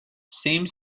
same